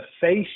face